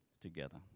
together